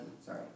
sorry